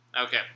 Okay